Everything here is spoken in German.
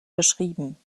beschrieben